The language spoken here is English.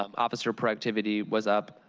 um officer productivity was up,